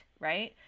right